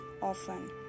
often